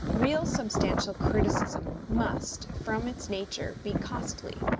real substantial criticism must, from its nature, be costly,